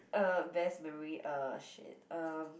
uh best memory uh shit um